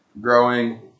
growing